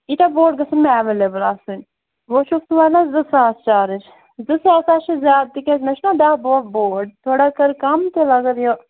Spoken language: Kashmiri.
ییٖتیٛاہ بوٹ گژھان مےٚ ایٚویلیبٔل آسٕنۍ وۅنۍ چھُکھ ژٕ ونان زٕ ساس چارٕج زٕ ساس حظ چھِ زیادٕ تِکیٛازِ مےٚ چھِنا دَہ باہ بوٹ تھوڑا کرکَم تیٚلہِ اَگر یہِ